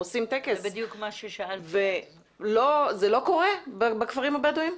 זה לא קורה בכפרים הבדואים?